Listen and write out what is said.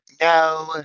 no